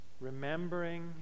remembering